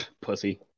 pussy